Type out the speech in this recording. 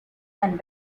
and